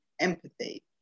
empathy